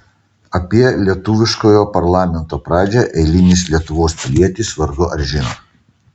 apie lietuviškojo parlamento pradžią eilinis lietuvos pilietis vargu ar žino